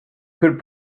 could